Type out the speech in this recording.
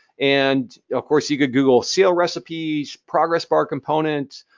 and of course you can google sail recipes, progress bar component,